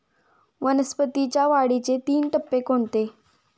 वनस्पतींच्या वाढीचे तीन टप्पे कोणते?